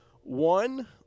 One